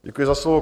Děkuji za slovo.